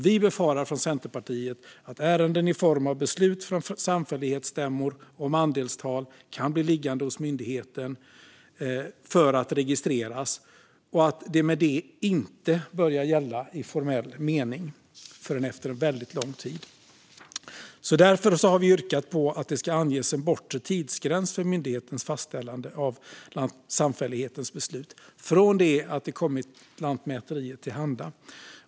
Vi befarar från Centerpartiet att ärenden i form av beslut från samfällighetsstämmor om andelstal kan bli liggande hos myndigheten för att registreras och därför inte börjar gälla i formell mening förrän efter väldigt lång tid. Därför har vi yrkat på att det ska anges en bortre tidsgräns för myndighetens fastställande av samfällighetens beslut från det att det kommit Lantmäteriet till handa.